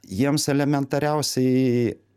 jiems elementariausiai